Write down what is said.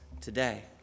today